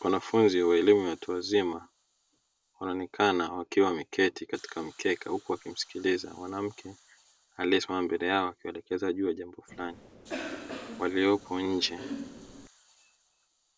Wanafunzi wa elimu ya watu wazima wanaonekana wakiwa wameketi katika mkeka huku wakimsikiliza mwanamke aliesimama mbele yao akiwaelekeza juu ya jambo fulani walioko nje.